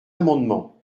amendement